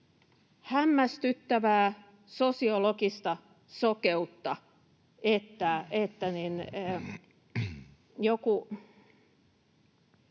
hämmästyttävää sosiologista sokeutta, että joku